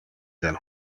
del